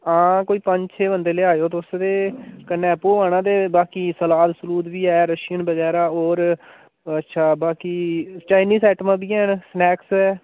हां कोई पंज छे बंदे लेआएयो तुस ते कन्नै आपूं आना ते बाकी सलाद सलूद बी ऐ रशियन बगैरा होर अच्छा बाकी चाइनिस आइटमां बी हैन स्नैक्स ऐ